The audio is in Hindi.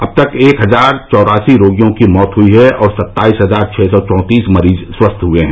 अब तक एक हजार चौरासी रोगियों की मौत हुई है और सत्ताईस हजार छः सौ चौंतीस मरीज ठीक हुए हैं